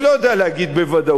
אני לא יודע להגיד בוודאות.